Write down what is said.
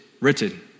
written